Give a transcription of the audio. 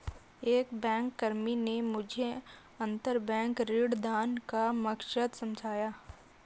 एक बैंककर्मी ने मुझे अंतरबैंक ऋणदान का मकसद समझाया